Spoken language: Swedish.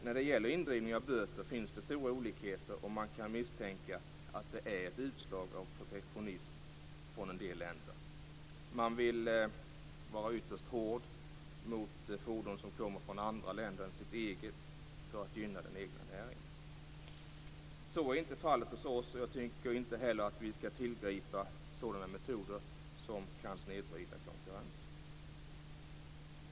När det gäller indrivning av böter finns stora olikheter, och vi kan misstänka att det är ett utslag av protektionism från en del länder. Man vill vara ytterst hård mot fordon som kommer från andra länder än sitt eget land för att gynna den egna näringen. Så är inte fallet hos oss, och jag tycker inte heller att vi ska tillgripa sådana metoder som kan snedvrida konkurrensen.